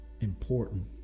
important